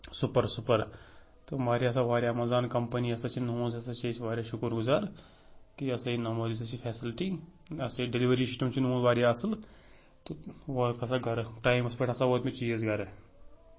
super super تہٕ وارِیاہ ہسا وارِیاہ ایمزان کمپٔنی ہسا چھِ ہسا چھِ أسۍ وارِیاہ شُکُر گُزار کہِ یہِ ہسا یہِ یِمو دِژ اَسہِ یہِ فٮ۪سلٹی یہِ ہسا یہِ ڈیٚلؤری سِسٹم چھُ یِمَن وارِیاہ اصٕل تہٕ ووت ہسا گرٕ ٹایمس پٮ۪ٹھ ہسا ووت مےٚ چیٖز گرٕ